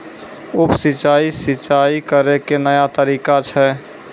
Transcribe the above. उप सिंचाई, सिंचाई करै के नया तरीका छै